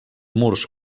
murs